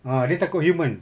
ah dia takut human